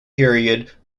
period